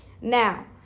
Now